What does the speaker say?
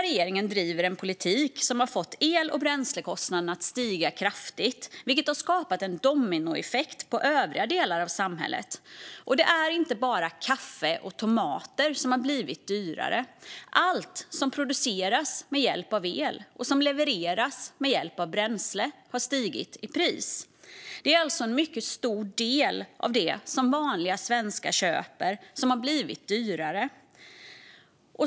Regeringen driver en politik som har fått el och bränslekostnaderna att stiga kraftigt, vilket har skapat en dominoeffekt på övriga delar av samhället. Och det är inte bara kaffe och tomater som har blivit dyrare. Allt som produceras med hjälp av el och som levereras med hjälp av bränsle har stigit i pris. Det är alltså en mycket stor del av det som vanliga svenskar köper som har blivit dyrare.